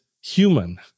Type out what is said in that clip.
human